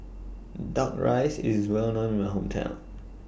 Duck Rice IS Well known in My Hometown